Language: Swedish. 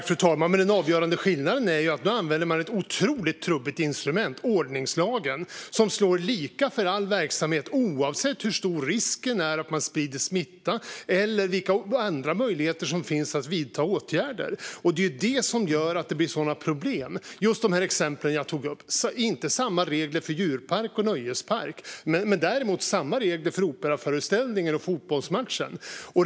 Fru talman! Den avgörande skillnaden är att man nu använder ett otroligt trubbigt instrument, ordningslagen, som slår lika för all verksamhet oavsett hur stor risken är att smitta sprids eller vilka andra möjligheter som finns att vidta åtgärder. Det är detta som gör att det blir sådana problem. Ta de exempel jag nämnde med olika regler för djurparker och nöjesparker men samma regler för operaföreställningar och fotbollsmatcher.